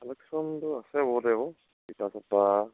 কালেকচনটো আছে তিতাচপা